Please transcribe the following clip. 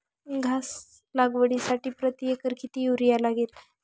घास लागवडीसाठी प्रति एकर किती युरिया लागेल?